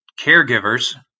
caregivers